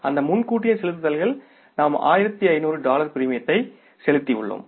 அந்த முன்கூட்டியே செலுத்துதல்கள் நாம் 1500 டாலர் பிரீமியத்தை செலுத்தியுள்ளோம்